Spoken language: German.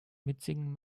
mitsingen